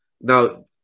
Now